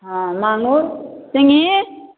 हँ माङ्गुर सिंही